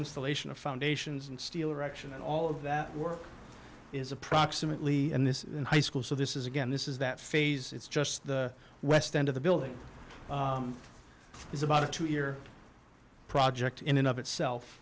installation of foundations and steel erection and all of that work is approximately in this high school so this is again this is that phase it's just the west end of the building is about a two year project in and of itself